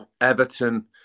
Everton